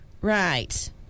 right